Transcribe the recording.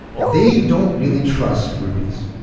they don't really trust rupees.